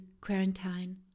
quarantine